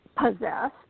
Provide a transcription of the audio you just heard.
possessed